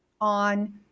on